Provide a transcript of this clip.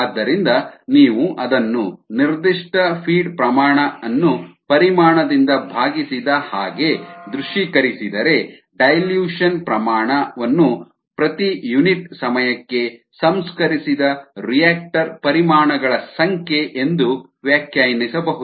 ಆದ್ದರಿಂದ ನೀವು ಅದನ್ನು ನಿರ್ದಿಷ್ಟ ಫೀಡ್ ಪ್ರಮಾಣ ಅನ್ನು ಪರಿಮಾಣದಿಂದ ಭಾಗಿಸಿದ ಹಾಗೆ ದೃಶ್ಯೀಕರಿಸಿದರೆ ಡೈಲ್ಯೂಷನ್ ಸಾರಗುಂದಿಸುವಿಕೆ ಪ್ರಮಾಣ ಅನ್ನು ಪ್ರತಿ ಯುನಿಟ್ ಸಮಯಕ್ಕೆ ಸಂಸ್ಕರಿಸಿದ ರಿಯಾಕ್ಟರ್ ಪರಿಮಾಣಗಳ ಸಂಖ್ಯೆ ಎಂದು ವ್ಯಾಖ್ಯಾನಿಸಬಹುದು